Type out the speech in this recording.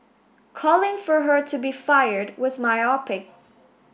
calling for her to be fired was myopic